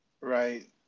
right